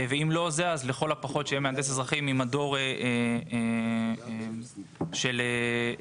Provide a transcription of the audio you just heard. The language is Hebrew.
ואם לא זה אז שלכל הפחות יהיה מהנדס אזרחי ממדור של תברואה,